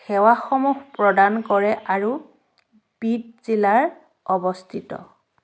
সেৱাসমূহ প্ৰদান কৰে আৰু বিদ জিলাত অৱস্থিত